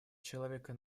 человека